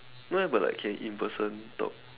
no eh but like can in person talk